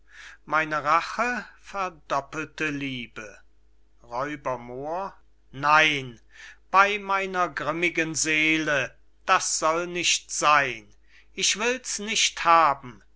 meine rache verdoppelte liebe r moor nein bey meiner grimmigen seele das soll nicht seyn ich wills nicht haben